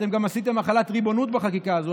אתם גם עשיתם החלת ריבונות בחקיקה הזאת,